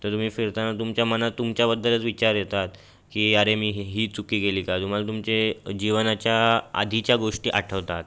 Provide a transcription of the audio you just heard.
तर तुम्ही फिरताना तुमच्या मनात तुमच्याबद्दलच विचार येतात की अरे मी ही ही चुकी केली का तुम्हाला तुमचे जीवनाच्या आधीच्या गोष्टी आठवतात